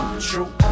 True